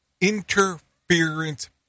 interference